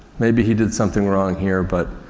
maybe he did something wrong here but,